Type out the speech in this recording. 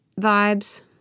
vibes